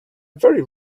very